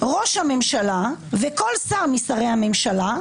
ראש הממשלה וכל שר משרי הממשלה,